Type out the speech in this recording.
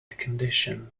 condition